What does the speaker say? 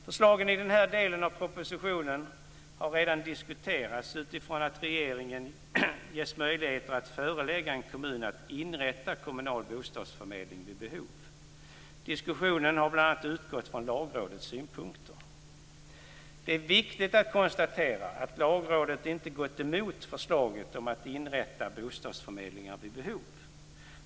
Förslagen i den här delen av propositionen har redan diskuterats utifrån att regeringen ges möjligheter att förelägga en kommun att inrätta kommunal bostadsförmedling vid behov. Diskussionen har bl.a. utgått från Lagrådets synpunkter. Det är viktigt att konstatera att Lagrådet inte gått emot förslaget om att inrätta bostadsförmedlingar vid behov.